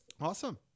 Awesome